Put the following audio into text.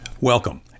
Welcome